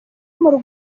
muri